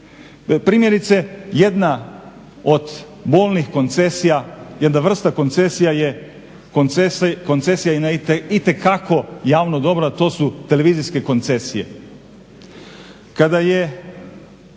Primjerice jedna od bolnih koncesija, jedna vrsta koncesija je koncesija na itekako javno dobro a to su televizijske koncesije.